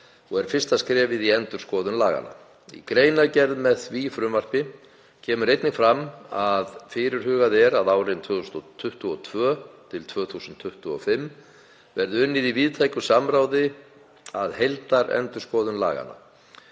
og er fyrsta skrefið í endurskoðun laganna. Í greinargerð með því frumvarpi kemur einnig fram að fyrirhugað er að árin 2022–2025 verði unnið í víðtæku samráði að heildarendurskoðun laganna.